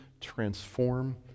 transform